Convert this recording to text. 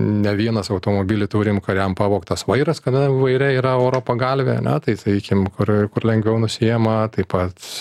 ne vienas automobilį turim kuriam pavogtas vairas kada vaire yra oro pagalvė ane tai sakykim kur kur lengviau nusiėma tai pat